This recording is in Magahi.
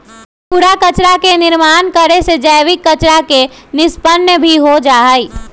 कूड़ा कचरा के निर्माण करे से जैविक कचरा के निष्पन्न भी हो जाहई